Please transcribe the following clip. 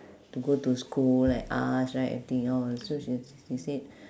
to go to school like us right everything all so she she said